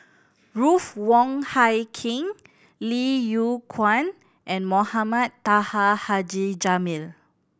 Ruth Wong Hie King Lim Yew Kuan and Mohamed Taha Haji Jamil